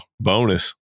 bonus